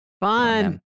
Fun